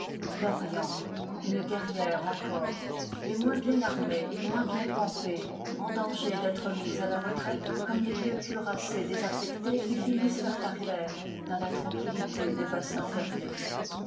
lorient une guerrière encore mais moins bien armée moins bien campée en danger d'être mise à la retraite comme les vieux cuirassés désaffectés qui finissent leur carrière dans la tranquillité des bassins fermés